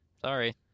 Sorry